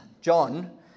John